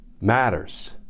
matters